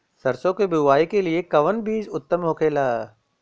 सरसो के बुआई के लिए कवन बिज उत्तम होखेला?